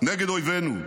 נגד אויבינו.